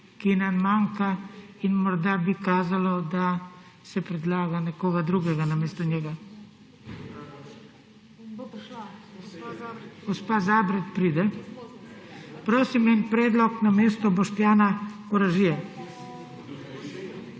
eden manjka in bi morda kazalo, da se predlaga nekoga drugega namesto njega. Gospa Zabret pride. Prosim en predlog namesto Boštjana Koražije.